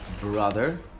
brother